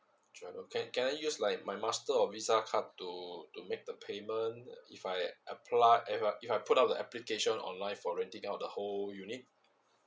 sure can can I use like my master or visa card to to make the payment if I apply if I if I put up the application on live of renting out the whole unit